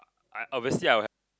I obviously I would have